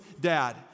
dad